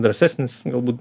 drąsesnis galbūt